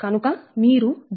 కనుక మీరు దీనిని 0